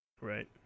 Right